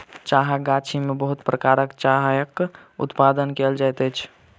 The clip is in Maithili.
चाहक गाछी में बहुत प्रकारक चायक उत्पादन कयल जाइत अछि